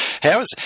How's